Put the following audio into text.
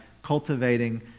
cultivating